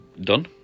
Done